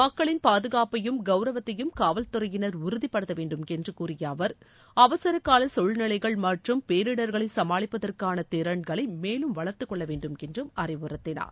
மக்களின் பாதுகாப்பையும் கவுரவத்தையும் காவல்துறையினர் உறுதிப்படுத்த வேண்டும் என்று கூறிய அவர் அவசரகால தழ்நிலைகள் மற்றும் பேரிடர்களைச் சமாளிப்பதற்கான திறன்களை மேலும் வளர்த்துக் கொள்ள வேண்டும் என்று அறிவுறுத்தினார்